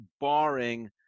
barring